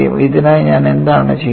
ഇതിനായി ഞാൻ എന്താണ് ചെയ്യുന്നത്